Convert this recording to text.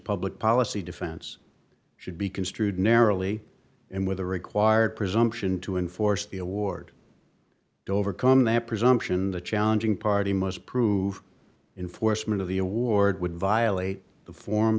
public policy defense should be construed narrowly and with the required presumption to enforce the award to overcome that presumption the challenging party must prove in foresman of the award would violate the for